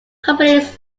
companies